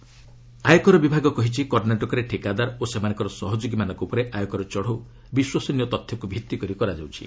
Karnataka IT department ଆୟକର ବିଭାଗ କହିଛି କର୍ଷ୍ଣାଟକରେ ଠିକାଦାର ଓ ସେମାନଙ୍କର ସହଯୋଗୀମାନଙ୍କ ଉପରେ ଆୟକର ଚଢ଼ଉ ବିଶ୍ୱସନୀୟ ତଥ୍ୟକୁ ଭିତ୍ତି କରି କରାଯାଉଛି